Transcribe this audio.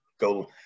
go